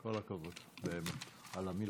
כל הכבוד, באמת, על המלחמה.